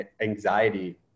anxiety